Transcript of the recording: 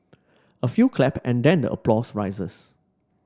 a few clap and then applause rises